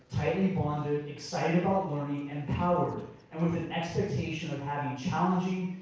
tightly bonded, excited about learning and empowered. and with an an expectation of having challenging,